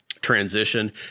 transition